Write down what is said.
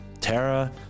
Tara